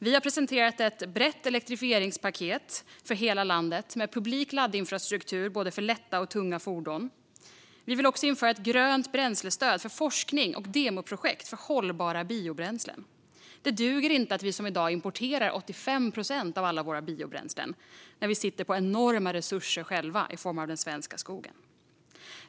Vi har presenterat ett brett elektrifieringspaket för hela landet med publik laddinfrastruktur för både lätta och tunga fordon. Vi vill också införa ett grönt bränslestöd för forskning och demoprojekt för hållbara biobränslen. Det duger inte att vi, som i dag, importerar 85 procent av alla våra biobränslen när vi själva sitter på enorma resurser i form av den svenska skogen.